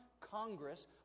Congress